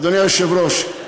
אדוני היושב-ראש,